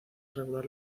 regular